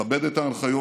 לכבד את ההנחיות,